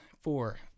Four